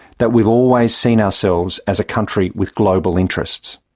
that we have always seen ourselves as a country with global interests.